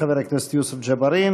חבר הכנסת יוסף ג'בארין.